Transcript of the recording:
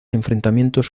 enfrentamientos